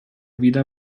wieder